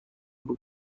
بود